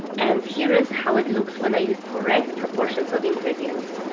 and here is how it looks when i use correct proportions of ingredients.